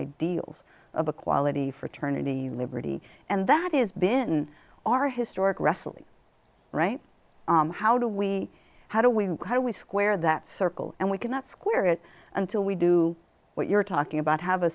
ideals of equality fraternity liberty and that is been our historic wrestling right how do we how do we how do we square that circle and we cannot square it until we do what you're talking about h